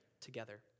together